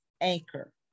anchor